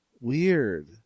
Weird